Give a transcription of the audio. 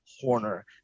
Horner